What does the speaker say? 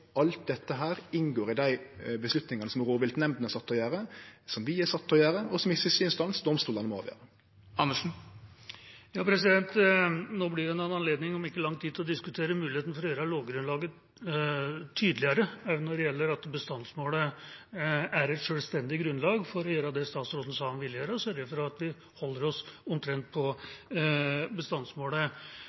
alt dette inngår i dei avgjerdene som rovviltnemndene er sette til å gjere, som vi er sette til å gjere, og som i siste instans domstolane må avgjere. Nå blir det en anledning om ikke lang tid til å diskutere muligheten for å gjøre lovgrunnlaget tydeligere når det gjelder at bestandsmålet er et selvstendig grunnlag for å gjøre det statsråden sa han ville gjøre, sørge for at vi holder oss omtrent på bestandsmålet.